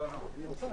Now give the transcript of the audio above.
מי נגד?